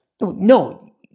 No